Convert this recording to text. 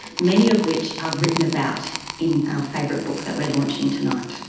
many of which are written about in our favourite book that we are launching tonight.